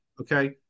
okay